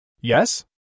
Yes